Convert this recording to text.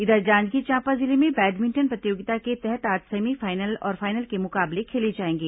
इधर जांजगीर चांपा जिले में बैडमिंटन प्रतियोगिता के तहत आज सेमीफाइनल और फाइनल के मुकाबले खेले जाएंगे